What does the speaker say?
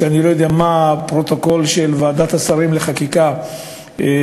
כשאני לא יודע מה הפרוטוקול של ועדת השרים לחקיקה פירט.